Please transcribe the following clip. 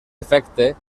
efecte